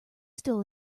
still